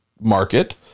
market